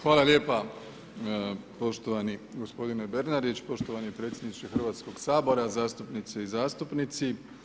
Hvala lijepa poštovani gospodine Bernardić, poštovani predsjedniče Hrvatskoga sabora, zastupnice i zastupnici.